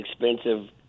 expensive